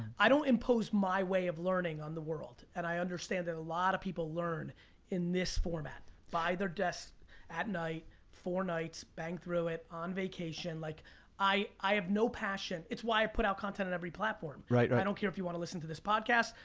i don't impose my way of learning on the world, and i understand that a lot of people learn in this format, by their desk at night four nights, bang through it, on vacation, like i i have no passion. it's why i put out content in every platform. right, right. i don't care if you want to listen to this podcast.